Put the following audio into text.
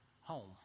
home